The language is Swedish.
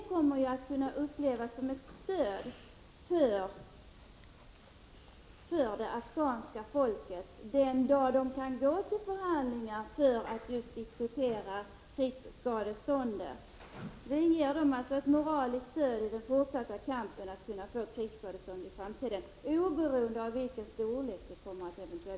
Ett sådant uttalande kommer att upplevas som ett stöd för det afghanska folket den dag man kan gå till förhandlingar för att diskutera just krigsskadestånd. Vi vill alltså ge afghanerna ett mora liskt stöd i den fortsatta kampen för att i framtiden kunna få krigsskadestånd, obereoende av vilken storlek det kommer att få.